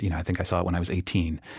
you know i think i saw it when i was eighteen.